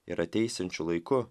ir ateisiančiu laiku